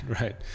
right